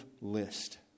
list